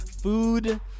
food